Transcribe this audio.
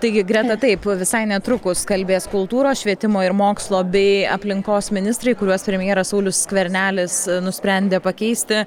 taigi greta taip visai netrukus kalbės kultūros švietimo ir mokslo bei aplinkos ministrai kuriuos premjeras saulius skvernelis nusprendė pakeisti